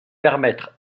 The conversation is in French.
permettre